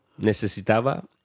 necesitaba